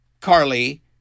Carly